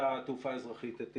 מנכ"ל רשות התעופה האזרחית.